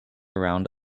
around